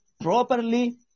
properly